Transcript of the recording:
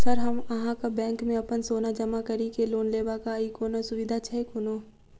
Sir हमरा अहाँक bank मे अप्पन सोना जमा करि केँ लोन लेबाक अई कोनो सुविधा छैय कोनो?